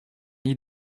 lit